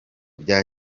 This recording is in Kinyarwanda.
bya